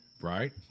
Right